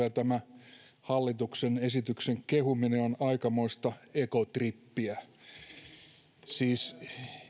ja tämä hallituksen esityksen kehuminen on aikamoista egotrippiä siis